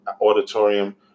auditorium